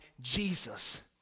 Jesus